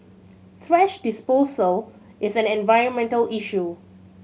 thrash disposal is an environmental issue